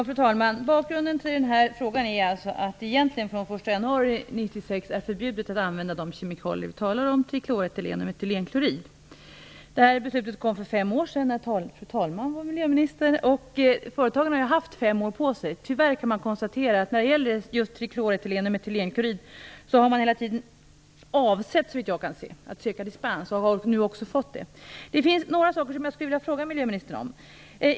Fru talman! Bakgrunden till den här frågan är att det egentligen från den 1 januari 1996 är förbjudet att använda de kemikalier vi här talar om, dvs. trikloretylen och metylenklorid. Det här beslutet fattades för fem år sedan, när fru talmannen var miljöminister. Företagen har alltså haft fem år på sig. Tyvärr kan man konstatera att företagen hela tiden har avsett att söka dispens när det gäller trikloretylen och metylenklorid och att de nu också har fått det. Det finns några saker som jag skulle vilja fråga miljöministern om.